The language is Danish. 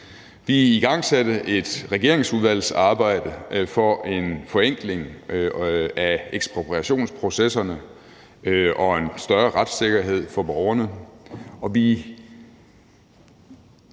Vi igangsatte et regeringsudvalgsarbejde for en forenkling af ekspropriationsprocesserne og en større retssikkerhed for borgerne.